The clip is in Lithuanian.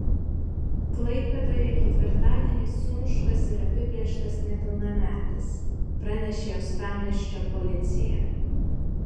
klaipėdoje ketvirtadienį sumuštas ir apiplėštas nepilnametis pranešė uostamiesčio policija